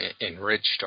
enriched